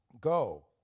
Go